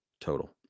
total